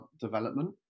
development